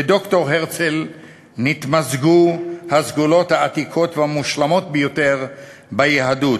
"בדוקטור הרצל נתמזגו הסגולות העתיקות והמושלמות ביותר ביהדות,